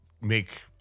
make